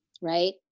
right